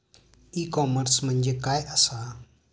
E commerce म्हणजे काय असा?